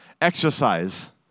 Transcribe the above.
exercise